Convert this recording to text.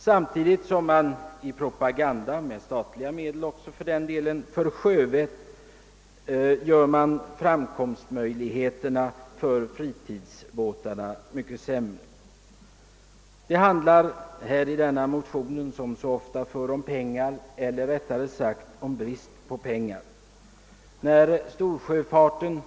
Samtidigt som man propagerar för sjövett — även med statliga medel — gör man framkomstmöjligheterna för fritidsbåtar mycket sämre. Denna motion handlar som så många andra om pengar, eller rättare sagt om brist på pengar.